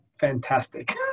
fantastic